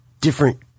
different